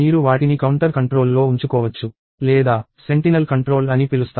మీరు వాటిని కౌంటర్ కంట్రోల్లో ఉంచుకోవచ్చు లేదా సెంటినల్ కంట్రోల్డ్ అని పిలుస్తారు